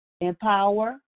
empower